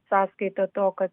sąskaita to kad